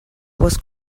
was